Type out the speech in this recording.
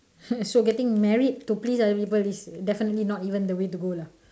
so getting married to please other people is definitely not even the way to go lah